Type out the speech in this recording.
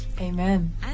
Amen